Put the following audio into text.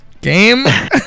Game